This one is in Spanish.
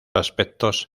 aspectos